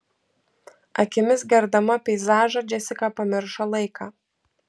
akimis gerdama peizažą džesika pamiršo laiką